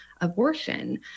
abortion